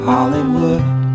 Hollywood